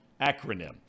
acronym